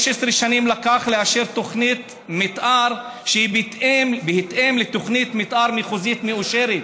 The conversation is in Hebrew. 15 שנים לקח לאשר תוכנית מתאר שהיא בהתאם לתוכנית מתאר מחוזית מאושרת.